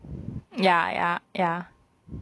ya ya ya